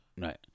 right